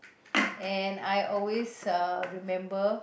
and I always uh remember